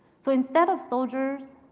so instead of soldiers,